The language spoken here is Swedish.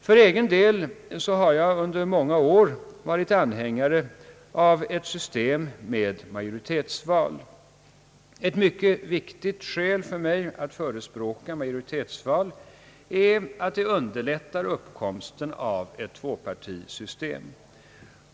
För min egen del har jag under många år varit anhängare av ett system med majoritetsval. Ett mycket viktigt skäl för mig att förespråka majoritetsval är att det underlättar uppkomsten av ett tvåpartisystem.